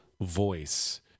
voice